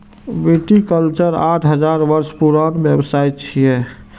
viticulture आठ हजार वर्ष पुरान व्यवसाय छियै